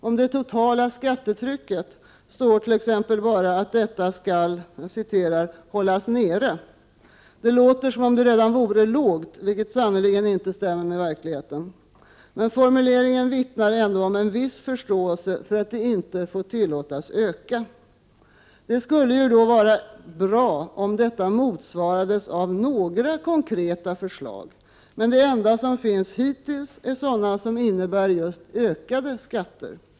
Om det totala skattetrycket står t.ex. bara att detta skall ”hållas nere”. Det låter som om det redan vore lågt, vilket sannerligen inte stämmer med verkligheten. Men formuleringen vittnar ändå om en viss förståelse för att det inte får tillåtas öka. Det skulle vara bra om detta motsvarades av några konkreta förslag, men de enda som hittills finns är sådana som innebär just ökade skatter.